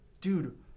Dude